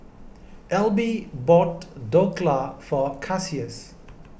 Elby bought Dhokla for Cassius